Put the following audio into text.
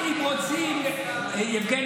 יבגני,